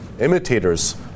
imitators